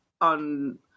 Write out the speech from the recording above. on